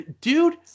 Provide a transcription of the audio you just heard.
dude